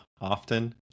often